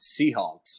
Seahawks